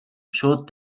шууд